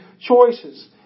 choices